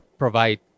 provide